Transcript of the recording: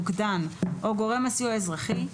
מוקדן או גורם הסיוע האזרחי,